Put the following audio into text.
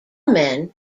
men